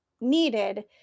needed